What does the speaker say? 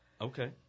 Okay